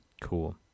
Cool